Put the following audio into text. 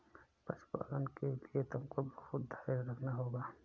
पशुपालन के लिए तुमको बहुत धैर्य रखना होगा